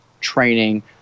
training